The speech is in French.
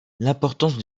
l’importance